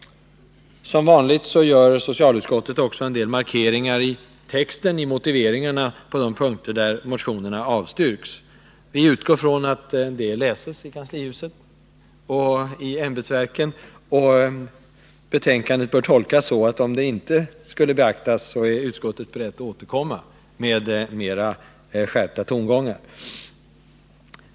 Som vanligt gör socialutskottet också vissa markeringar i texten i motiveringarna på de punkter där motionerna avstyrks. Vi utgår från att de läses i kanslihuset och ämbetsverken. Betänkandet bör tolkas så, att om det som utskottet säger inte skulle beaktas, är utskottet berett att återkomma med skarpare tongångar.